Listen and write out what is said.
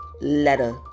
letter